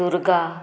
Durga